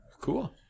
Cool